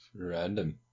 random